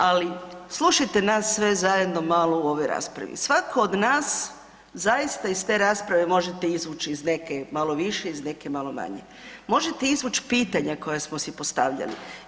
Ali slušajte nas sve zajedno malo u ovoj raspravi, svako od nas zaista iz te rasprave možete izvući iz neke malo više, iz neke malo manje, možete izvući pitanja koja smo si postavljali.